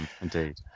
Indeed